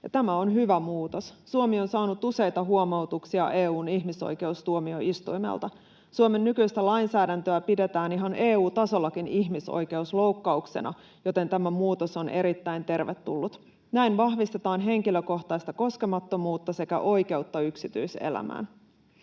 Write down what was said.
tämä on hyvä muutos. Suomi on saanut useita huomautuksia EU:n ihmisoikeustuomioistuimelta. Suomen nykyistä lainsäädäntöä pidetään ihan EU-tasollakin ihmisoikeusloukkauksena, joten tämä muutos on erittäin tervetullut. Näin vahvistetaan henkilökohtaista koskemattomuutta sekä oikeutta yksityiselämään.